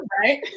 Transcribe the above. right